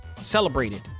celebrated